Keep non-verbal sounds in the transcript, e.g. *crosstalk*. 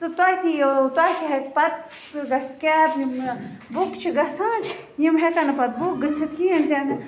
تہٕ تۄہہِ تہِ یِیو تۄہہِ تہِ ہٮ۪کہِ پَتہٕ سُہ گژھِ کیب *unintelligible* بُک چھِ گَژھان یِم ہٮ۪کَن نہٕ پَتہٕ بُک گٔژھِتھ کِہیٖنۍ تہِ نہٕ